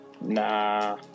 Nah